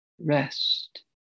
rest